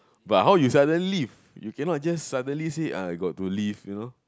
but how you sudden leave you cannot just suddenly say oh I got to leave you know